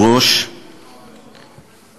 מי שבעד הוא בעד ועדה.